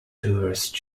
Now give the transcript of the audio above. tourist